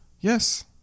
Yes